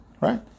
Right